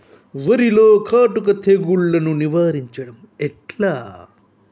వరిలో కాటుక తెగుళ్లను నివారించడం ఎట్లా?